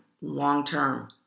long-term